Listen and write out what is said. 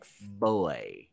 boy